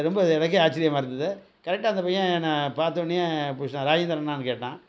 ரொம்ப இது எனக்கே ஆச்சிரியமா இருந்தது கரெக்டாக அந்த பையன் என்ன பார்த்தோன்னயே பிடிச்சிட்டான் ராஜேந்திரனான்னு கேட்டான்